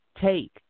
take